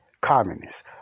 communists